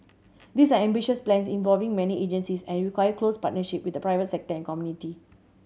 these are ambitious plans involving many agencies and require close partnership with the private sector and community